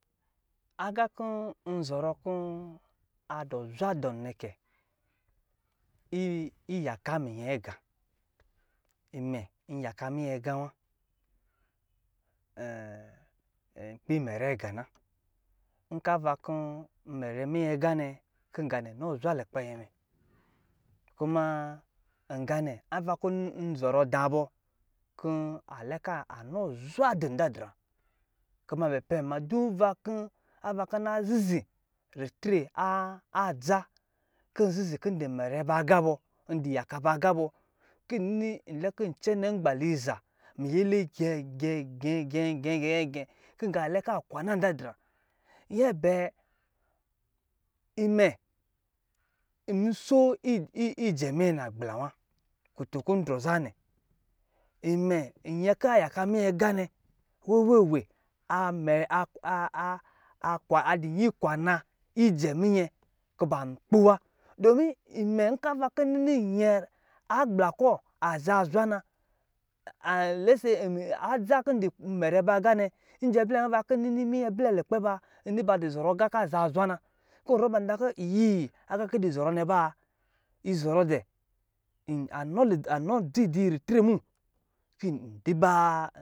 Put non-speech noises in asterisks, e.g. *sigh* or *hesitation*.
Aga kɔ nzɔrɔ kɔ adɔ zwa dɔn nɛkɛ iyaka miyɛ aga imɛ nyaka miyɛ aga wa nkpi mɛrɛ agɛ na nka iva kɔ *hesitation* nmɛrɛ minyɛ aga nɛ nɔ zwa likpɛyɛ mɛ kuma nga nɛ ava kɔ nzɔrɔ dabɔ kɔ anizwa di dadre kuma mɛ pɛn me dunva kɔ avakɔ ana zizi ritre adza kɔ nyaka ba aga kɔ nnini nlɛ kɔ njɛnɛ nmalaza mi gɛɛ gɛgɛgɛ kɔ nga nɛ la ka kwana dadra nyɛ bɛɛ imɛ nsoijɛ miayɛ nagbla wa kutunkɔ ndrɔ zanɛ mɛ yɛka yaka minyɛ aga na wewe *hesitation* andɔ nuɛ kɔ anjɛ minyɛ kɔ ba kpɔ wa nkɔ ava kɔ nnini nyɛ agbla kɔ aza zwa na adza kɔ ndɔ mɛrɛ ba aga nɛ ava kɔ nnini minyɛ ble lukpɛ ba ba zɔrɔ aga ka zazwa na kɔ nrɔ ba kɔ ntakɔ iyi aga kɔ yi dɔ zɔrɔ nɛba yi zɔrɔ dɛ anɔ ndzi duyi ritre mu ba.